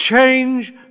change